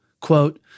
quote